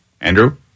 Andrew